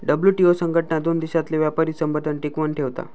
WTO संघटना दोन देशांतले व्यापारी संबंध टिकवन ठेवता